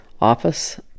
office